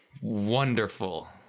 Wonderful